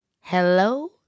Hello